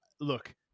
look